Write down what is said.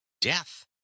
death